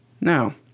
Now